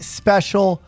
special